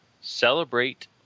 Celebrate